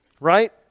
right